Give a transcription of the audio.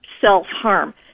self-harm